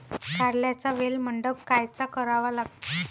कारल्याचा वेल मंडप कायचा करावा लागन?